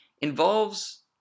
involves